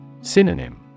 Synonym